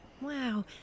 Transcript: Wow